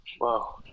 Wow